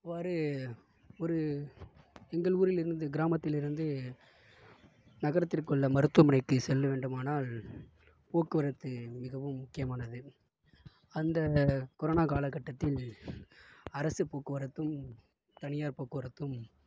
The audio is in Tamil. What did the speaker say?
இவ்வாறு ஒரு எங்கள் ஊரில் இருந்து கிராமத்தில் இருந்து நகரத்திற்கு உள்ள மருத்துவமனைக்குச் செல்ல வேண்டுமானால் போக்குவரத்து மிகவும் முக்கியமானது அந்த கொரோனா காலகட்டத்தில் அரசு போக்குவரத்தும் தனியார் போக்குவரத்தும்